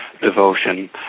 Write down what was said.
devotion